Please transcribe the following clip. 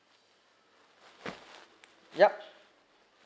yup